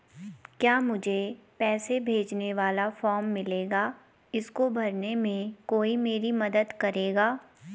क्या मुझे पैसे भेजने वाला फॉर्म मिलेगा इसको भरने में कोई मेरी मदद करेगा?